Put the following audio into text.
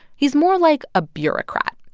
he's more like a bureaucrat.